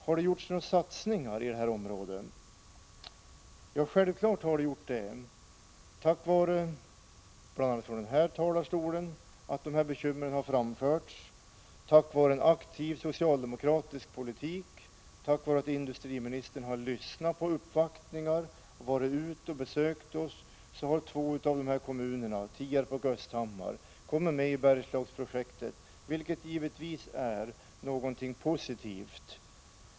Har det gjorts några satsningar i detta område? Ja, självfallet. Tack vare att dessa bekymmer har framförts bl.a. från denna talarstol, tack vare en aktiv socialdemokratisk politik, tack vare att industriministern har lyssnat på uppvaktningar och farit ut och besökt oss har två av kommunerna, Tierp och Östhammar, kommit med i Bergslagsprojektet, vilket givetvis är positivt.